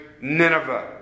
Nineveh